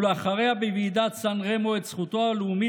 ואחריה בוועידת סן רמו,